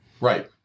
right